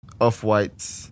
Off-White